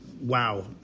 Wow